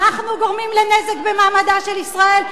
אנחנו גורמים לנזק במעמדה של ישראל,